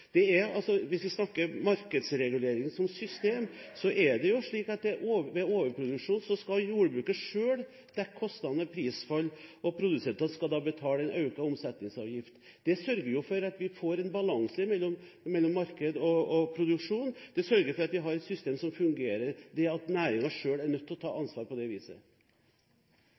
Hvis vi snakker om markedsregulering som system, er det slik at ved overproduksjon skal jordbruket selv dekke kostnadene ved prisfall, og produsentene skal betale en økt omsetningsavgift. Det sørger for at vi får en balanse mellom marked og produksjon. Det at næringen selv er nødt til å ta ansvar på det viset, sørger for at vi har et system som fungerer. Det blir gitt anledning til to oppfølgingsspørsmål – først Torgeir Trældal. Vi hører statsråden si at det